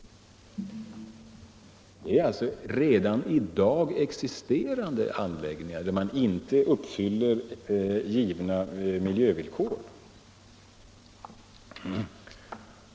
De redan i dag existerande anläggningarna uppfyller alltså inte givna miljövillkor.